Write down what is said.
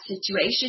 situation